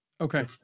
okay